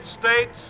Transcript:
States